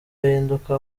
ahinduka